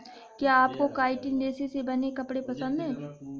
क्या आपको काइटिन रेशे से बने कपड़े पसंद है